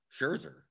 Scherzer